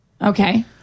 Okay